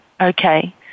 okay